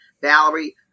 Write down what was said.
Valerie